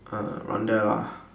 ah around there lah